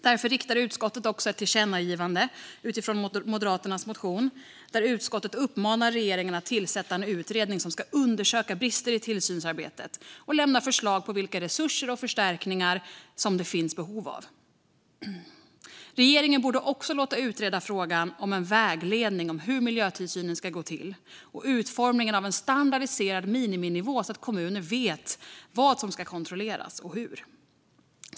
Därför riktar utskottet ett tillkännagivande utifrån Moderaternas motion, där utskottet uppmanar regeringen att tillsätta en utredning som ska undersöka brister i tillsynsarbetet och lämna förslag på vilka resurser och förstärkningar det finns behov av. Regeringen borde också låta utreda frågan om en vägledning om hur miljötillsynen ska gå till och om utformning av en standardiserad miniminivå så att kommunerna vet vad som ska kontrolleras och hur.